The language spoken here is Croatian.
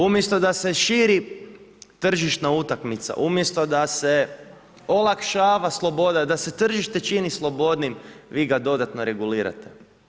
Umjesto da se širi tržišna utakmica, umjesto da se olakšava sloboda, da se tržište čini slobodnijim, vi ga dodatno regulirate.